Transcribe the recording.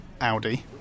Audi